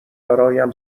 برایم